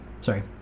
Sorry